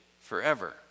forever